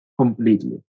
completely